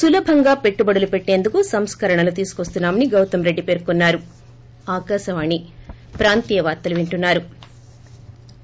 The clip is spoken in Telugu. సులభంగా పెట్టుబడులు పెట్టేందుకు సంస్కరణలు తీసుకొస్తున్నామని గౌతమ్ రెడ్డి పేర్కొన్సారు